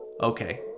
okay